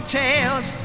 tales